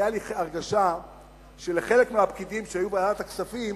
היתה לי הרגשה שלחלק מהפקידים שהיו בוועדת הכספים,